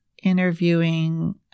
interviewing